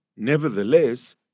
Nevertheless